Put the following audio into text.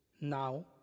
now